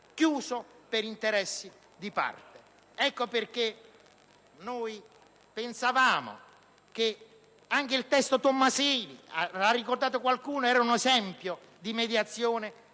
chiuso, per interessi di parte. Ecco perché noi pensavamo che anche il testo del senatore Tomassini - l'ha ricordato qualcuno - fosse un esempio di mediazione